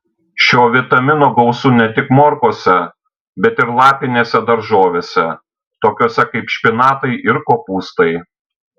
šio vitamino gausu ne tik morkose bet ir lapinėse daržovėse tokiose kaip špinatai ir kopūstai